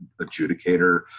adjudicator